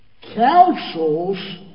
counsels